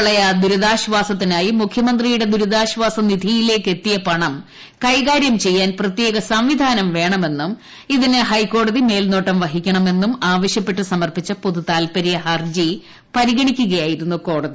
പ്രളയ ദുരിതാശ്വാസത്തിനായി മുഖ്യമന്ത്രിയുടെ ദുരിതാശ്വാസ നിധിയിലേക്ക് എത്തിയ പണം കൈകാര്യം ചെയ്യാൻ പ്രത്യേക സംവിധാനം വേണമെന്നും ഇതിന് ഹൈക്കോടതി മേൽനോട്ടം വഹിക്കണമെന്നും ആവശ്യപ്പെട്ട് സമർപ്പിച്ച പൊതു താല്പരൃ ഹർജി പരിഗണിക്കുകയായിരുന്നു കോടതി